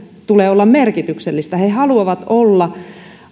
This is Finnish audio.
tulee olla merkityksellistä he haluavat olla